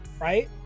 right